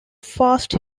fast